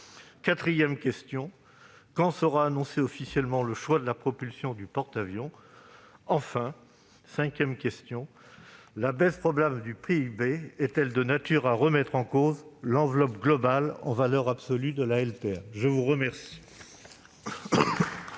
Quatrièmement, quand sera annoncé officiellement le choix de la propulsion du porte-avions ? Cinquièmement, et enfin, la baisse probable du PIB est-elle de nature à remettre en cause l'enveloppe globale en valeur absolue de la loi de programmation